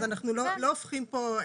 אז אנחנו לא הופכים פה,